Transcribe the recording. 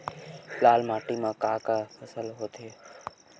लाल माटी म का का फसल होथे?